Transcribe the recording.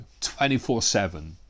24-7